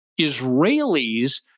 Israelis